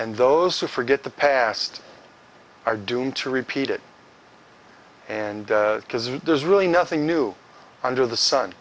and those who forget the past are doomed to repeat it and because there's really nothing new under the sun